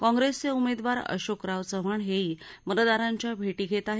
काँग्रेसचे उमेदवार अशोकराव चव्हाण हेही मतदारांच्या भेटी घेत आहेत